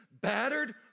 battered